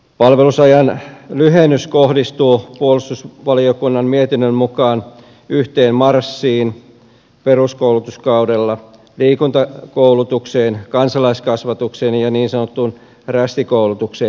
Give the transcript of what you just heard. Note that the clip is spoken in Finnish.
palvelusajan lyhennys kohdistuu puolustusvaliokunnan mietinnön mukaan yhteen marssiin peruskoulutuskaudella liikuntakoulutukseen kansalaiskasvatukseen ja niin sanottuun rästikoulutukseen